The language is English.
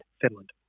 Finland